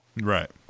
Right